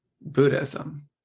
Buddhism